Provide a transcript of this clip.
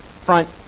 front